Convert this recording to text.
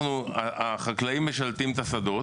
החקלאים משלטים את השדות,